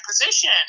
position